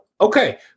okay